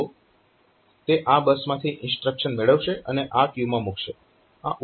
તો તે આ બસમાંથી ઇન્સ્ટ્રક્શન્સ મેળવશે અને આ ક્યુ માં મૂકશે